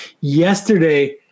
Yesterday